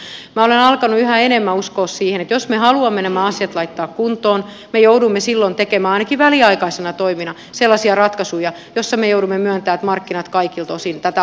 minä olen alkanut yhä enemmän uskoa siihen että jos me haluamme nämä asiat laittaa kuntoon me joudumme ainakin väliaikaisina toimina tekemään sellaisia ratkaisuja joissa me joudumme myöntämään että markkinat eivät kaikilta osin tätä asiaa hoida